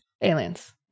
Aliens